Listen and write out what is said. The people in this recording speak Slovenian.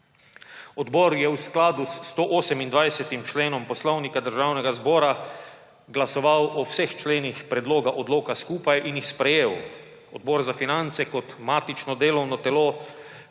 Odbor je v skladu s 128. členom Poslovnika Državnega zbora glasoval o vseh členih predloga odloka skupaj in jih sprejel. Odbor za finance kot matično delovno telo